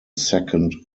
second